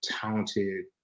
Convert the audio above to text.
talented